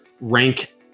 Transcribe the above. rank